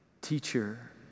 Teacher